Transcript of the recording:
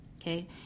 okay